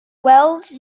wells